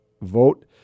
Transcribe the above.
vote